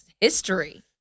history